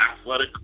athletic